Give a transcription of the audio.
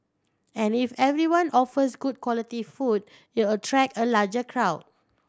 and if everyone offers good quality food it'll attract a larger crowd